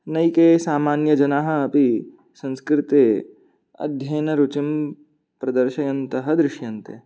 नैके सामान्यजनाः अपि संस्कृते अध्ययनरुचिं प्रदर्शयन्तः दृश्यन्ते